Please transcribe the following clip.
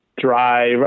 drive